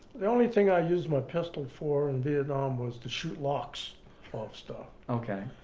the only thing i used my pistol for in vietnam was to shoot locks off stuff. okay.